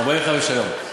45 יום.